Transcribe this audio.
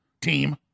team